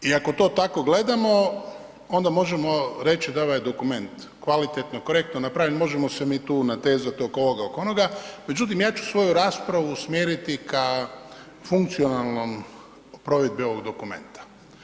I ako to tako gledamo onda možemo reći da je ovaj dokument kvalitetno, korektno napravljen, možemo se mi tu natezati oko ovoga, oko onoga međutim ja ću svoju raspravu usmjeriti ka funkcionalnom, provedbi ovog dokumenta.